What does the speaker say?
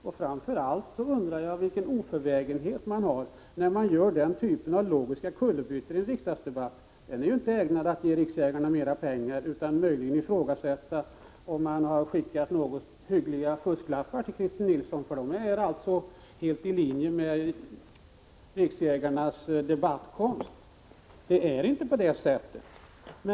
Och framför allt undrar jag över den oförvägenhet man har när man gör den typen av logiska kullerbyttor i en riksdagsdebatt. Detta är ju inte ägnat att ge ”riksjägarna” mera pengar. Möjligen kan det ifrågasättas om man har skickat några hyggliga fusklappar till Christer Nilsson; de är i så fall helt i linje med riksjägarnas debattkonst. Det är inte på det sättet som Christer Nilsson här påstår.